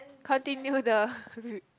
continue the r~